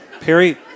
Perry